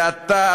ואתה,